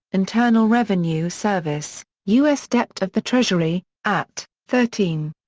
internal revenue service, u s. dep't of the treasury, at thirteen.